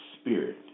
spirit